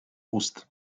ust